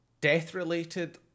death-related